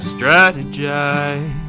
strategize